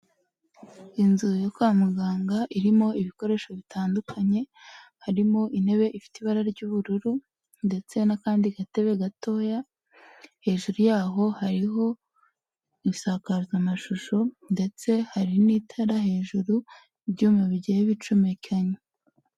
Inzu ya kwa muganga irimo ibikoresho bitandukanye, harimo intebe ifite ibara ry'ubururu, ndetse n'akandi gatebe gatoya, hejuru yaho hariho insakazamashusho, ndetse hari n'itara hejuru ibyuma bigiye bicomekeranye.